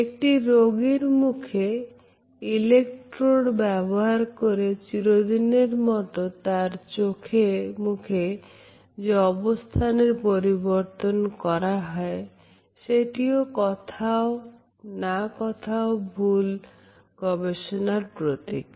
একটি রোগীর মুখে ইলেকট্রোড ব্যবহার করে চিরদিনের মত তার চোখে মুখে যে অবস্থানের পরিবর্তন করা হয় সেটি কোথাও না কোথাও ভুল গবেষণার প্রতীক